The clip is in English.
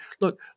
Look